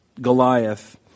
Goliath